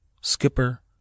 Skipper